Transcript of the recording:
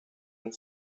and